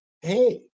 hey